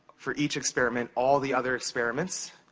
for each experiment, all the other experiments.